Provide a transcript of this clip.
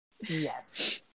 Yes